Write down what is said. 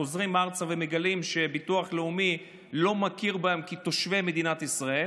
חוזרים ארצה ומגלים שביטוח לאומי לא מכיר בהם כתושבי מדינת ישראל.